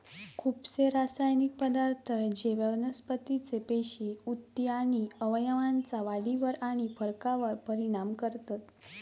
खुपशे रासायनिक पदार्थ जे वनस्पतीचे पेशी, उती आणि अवयवांच्या वाढीवर आणि फरकावर परिणाम करतत